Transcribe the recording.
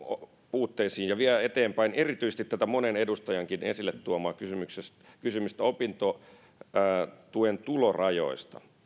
puutteisiin ja vie eteenpäin erityisesti monen edustajankin esille tuomaa kysymystä opintotuen tulorajoista